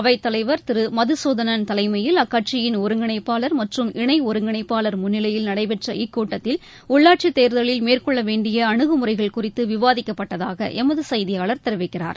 அவைத்தலைவர் திரு மதுசூதனன் தலைமயில் அக்கட்சியின் ஒருங்கிணைப்பாளர் மற்றும் இணை ஒருங்கிணைப்பாளர் முன்னிலையில் நடைபெற்ற இக்கூட்டத்தில் உள்ளாட்சித் தேர்தலில் மேற்கொள்ள வேண்டிய அனுகுமுறைகள் குறித்து விவாதிக்கப்பட்டதாக எமது செய்தியாளர் தெரிவிக்கிறார்